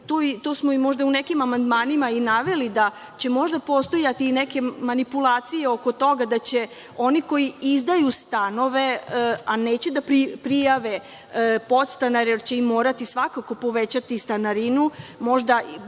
To smo možda u nekim amandmanima i naveli, da će možda postojati i neke manipulacije oko toga da će oni koji izdaju stanove, a neće da prijave podstanare jer će im morati svakako povećati stanarinu, možda